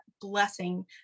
blessing